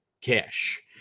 cash